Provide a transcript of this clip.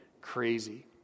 crazy